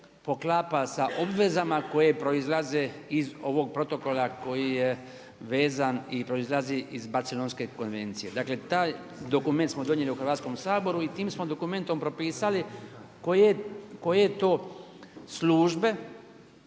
poklapa sa obvezama koje proizlazi iz Barcelonske konvencije. Dakle taj dokument smo donijeli u Hrvatskom saboru i tim smo dokumentom propisali koje to službe